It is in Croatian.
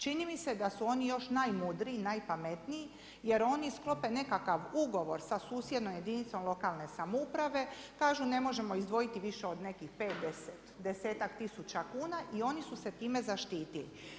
Čini mi se da su oni još najmudriji i najpametniji jer oni sklope nekakav ugovor sa susjednom jedinicom lokalne samouprave, kažu ne možemo izdvojiti više od neki 5, desetak tisuća kuna i oni su se time zaštitili.